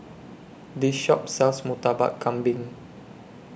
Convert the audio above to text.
This Shop sells Murtabak Kambing